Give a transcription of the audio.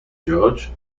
george